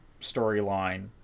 storyline